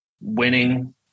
winning